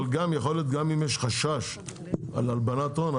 אבל יכול להיות שגם אם יש חשש להלבנת הון,